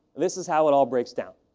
this is how it all breaks down,